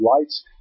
lights